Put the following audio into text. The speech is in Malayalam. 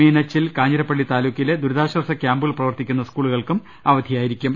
മീന ച്ചിൽ കാഞ്ഞിരപ്പള്ളി താലൂക്കിലെ ദുരിതാശ്വാസ കൃാമ്പുകൾ പ്രവർത്തിക്കുന്ന സ്കൂളുകൾക്കും അവധിയായിരിക്കും